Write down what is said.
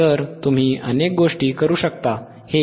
तर तुम्ही अनेक गोष्टी करू शकता